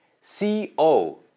C-O